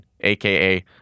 aka